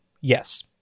Yes